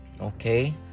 Okay